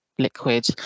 liquid